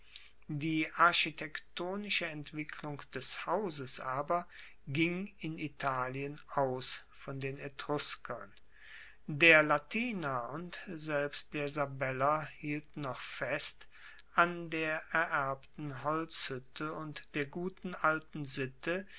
die architektonische entwicklung des hauses aber ging in italien aus von den etruskern der latiner und selbst der sabeller hielten noch fest an der ererbten holzhuette und der guten alten sitte